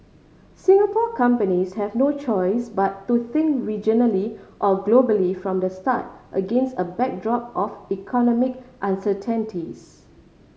Singapore companies have no choice but to think regionally or globally from the start against a backdrop of economic uncertainties